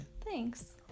Thanks